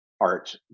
art